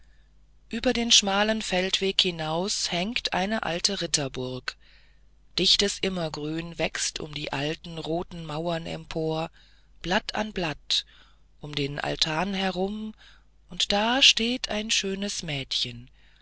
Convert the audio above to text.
über den schmalen feldweg hinaus hängt eine alte ritterburg dichtes immergrün wächst um die alten roten mauern empor blatt an blatt um den altan herum und da steht ein schönes mädchen